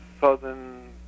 southern